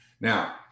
Now